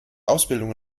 ausbildung